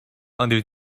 under